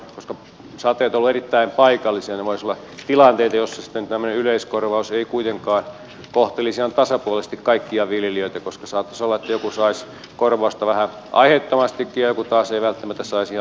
koska sateet ovat olleet erittäin paikallisia voisi olla myös tilanteita joissa sitten tämmöinen yleiskorvaus ei kuitenkaan kohtelisi ihan tasapuolisesti kaikkia viljelijöitä koska saattaisi olla että joku saisi korvausta vähän aiheettomastikin ja joku taas eivät ole tasaisia